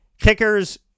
kickers